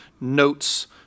notes